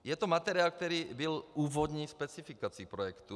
Je to materiál, který byl úvodní specifikací projektu.